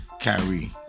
Kyrie